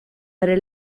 bere